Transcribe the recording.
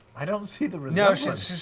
i don't see the resemblance.